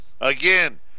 Again